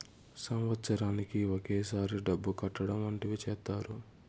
సంవత్సరానికి ఒకసారి డబ్బు కట్టడం వంటివి చేత్తారు